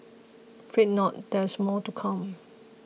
fret not there is more to come